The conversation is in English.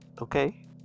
okay